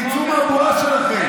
אתם תצאו מהבועה שלכם.